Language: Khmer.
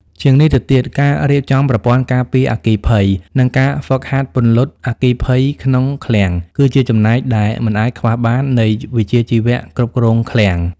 ជាងនេះទៅទៀត ការរៀបចំប្រព័ន្ធការពារអគ្គិភ័យ និងការហ្វឹកហាត់ពន្លត់អគ្គិភ័យក្នុងឃ្លាំង គឺជាចំណែកដែលមិនអាចខ្វះបាននៃវិជ្ជាជីវៈគ្រប់គ្រងឃ្លាំង។